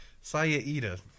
Saya-Ida